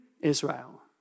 Israel